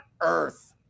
earth